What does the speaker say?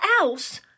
else